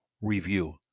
review